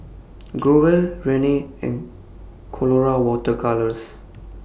Growell Rene and Colora Water Colours